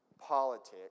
politics